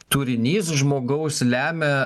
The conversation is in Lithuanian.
turinys žmogaus lemia